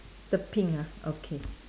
the pink ah okay